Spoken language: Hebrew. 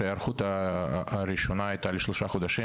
נפשי והשמה במוסדות רווחה,